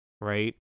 right